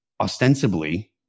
ostensibly